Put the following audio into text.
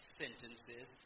sentences